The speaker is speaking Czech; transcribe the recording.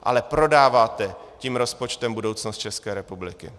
Ale prodáváte tím rozpočtem budoucnost České republiky.